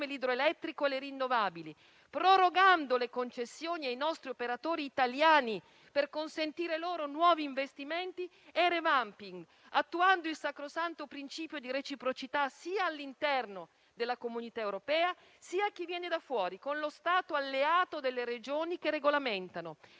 l'idroelettrico e le rinnovabili; prorogando le concessioni ai nostri operatori italiani per consentire loro nuovi investimenti e *revamping*; attuando il sacrosanto principio di reciprocità sia all'interno della Comunità europea, sia a chi viene da fuori, con lo Stato alleato delle Regioni che regolamentano.